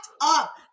up